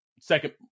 second